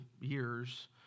years